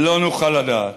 לא נוכל לדעת.